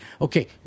Okay